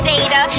Data